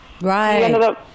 Right